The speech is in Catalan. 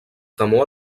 temor